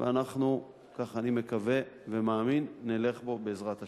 ואנחנו, כך אני מקווה ומאמין, נלך בו בעזרת השם.